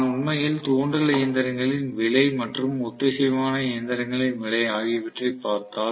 நான் உண்மையில் தூண்டல் இயந்திரங்களின் விலை மற்றும் ஒத்திசைவான இயந்திரங்களின் விலை ஆகியவற்றைப் பார்த்தால்